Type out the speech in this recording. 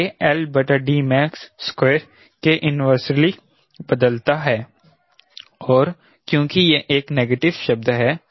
तो यह max2 के इन्वर्सली बदलता है और क्योंकि यह एक नेगेटिव शब्द है